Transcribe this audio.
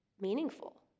meaningful